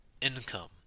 income